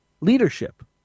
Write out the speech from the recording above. leadership